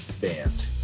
band